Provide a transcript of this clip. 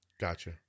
Gotcha